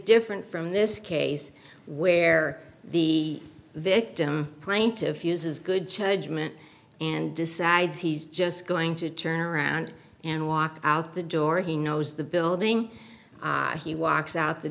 different from this case where the victim plaintiff uses good charge mint and decides he's just going to turn around and walk out the door he knows the building he walks out the